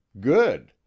Good